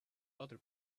other